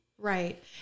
Right